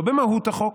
לא במהות החוק,